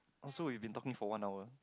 oh so we been talking for one hour